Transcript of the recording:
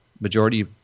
majority